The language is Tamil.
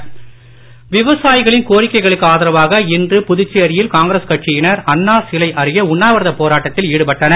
புதுச்சேரி போராட்டம் விவசாயிகளின் கோரிக்கைகளுக்கு ஆதரவாக இன்று புதுச்சேரியில் காங்கிரஸ் கட்சியினர் அண்ணா சிலை அருகே உண்ணாவிரதப் போராட்டத்தில் ஈடுபட்டனர்